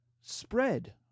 spread